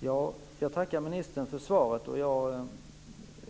Fru talman! Jag tackar ministern för svaret. Jag